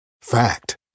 Fact